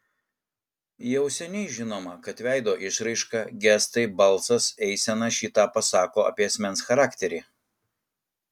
jau seniai žinoma kad veido išraiška gestai balsas eisena šį tą pasako apie asmens charakterį